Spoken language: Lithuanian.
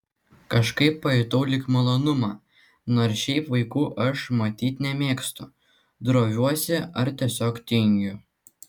kažkaip pajutau lyg malonumą nors šiaip vaikų aš matyt nemėgstu droviuosi ar tiesiog tingiu